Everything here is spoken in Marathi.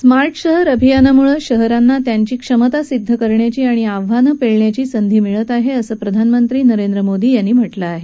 स्मार्ट शहर अभियानामुळे शहरांना त्यांची क्षमता सिद्ध करण्याची आणि आव्हानं पेलण्याची संधी मिळत आहे असं प्रधानमंत्री नरेंद्र मोदी यांनी म्हटलं आहे